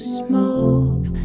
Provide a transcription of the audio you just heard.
smoke